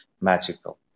magical